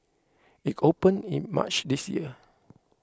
it opened in March this year